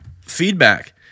feedback